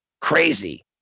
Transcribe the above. crazy